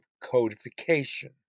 codification